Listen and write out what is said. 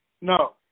No